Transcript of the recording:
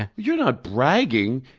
and you're not bragging.